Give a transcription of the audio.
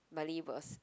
Miley was